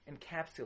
encapsulate